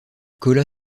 colla